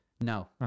No